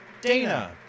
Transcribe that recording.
Dana